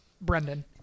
Brendan